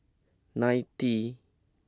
ninety